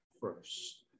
first